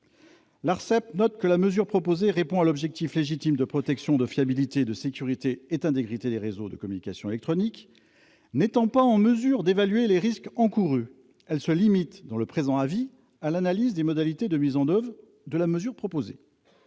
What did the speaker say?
l'ARCEP relève que la mesure proposée répond à l'objectif légitime de protection, de fiabilité, de sécurité et d'intégrité des réseaux de communications électroniques. Mais n'étant pas en mesure d'évaluer les risques encourus, l'Autorité se limite dans son avis à l'analyse des modalités de mise en oeuvre de la mesure proposée